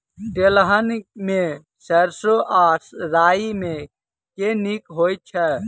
तेलहन मे सैरसो आ राई मे केँ नीक होइ छै?